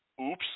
Oops